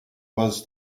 was